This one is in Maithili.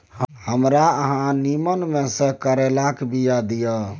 हमरा अहाँ नीमन में से करैलाक बीया दिय?